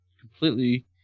completely